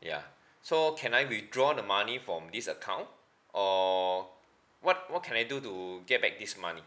ya so can I withdraw the money from this account or what what can I do to get back this money